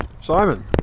Simon